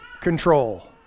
control